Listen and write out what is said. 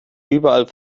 überall